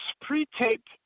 pre-taped